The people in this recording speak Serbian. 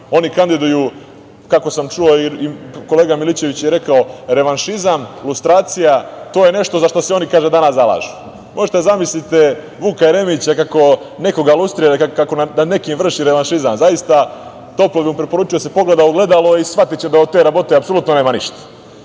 oni kandiduju, kako sam čuo i kolega Milićević je rekao, revanšizam, lustracija, to je nešto za šta se oni danas zalažu. Možete da zamislite Vuka Jeremića kako nekoga lustrira, kako nad nekim vrši revanšizam? Zaista, toplo bih mu preporučio da se pogleda u ogledalo i shvatiće da od te rabote apsolutno nema ništa. Ti